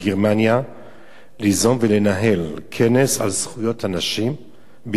ליזום ולנהל כנס על זכויות הנשים בישראל,